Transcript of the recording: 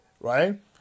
right